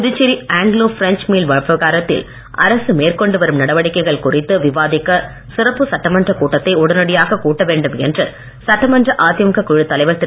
Puducherry Anglo French mill விவகாரத்தில் அரசு மேற்கொண்டு வரும் நடவடிக்கைகள் குறித்து விவாதிக்க சிறப்பு சட்டமன்ற கூட்டத்தை உடனடியாக கூட்ட வேண்டும் என்று சட்டமன்ற அதிமுக குழு தலைவர் திரு